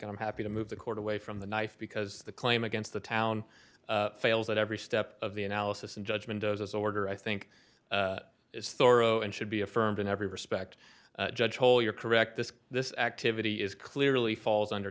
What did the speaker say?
land i'm happy to move the court away from the knife because the claim against the town fails at every step of the analysis and judgment as order i think is thorough and should be affirmed in every respect judge hole you're correct this this activity is clearly falls under